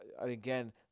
again